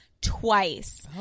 twice